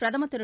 பிரதமர் திரு